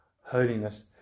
holiness